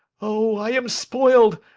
o, i am spoil'd,